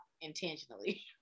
intentionally